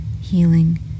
healing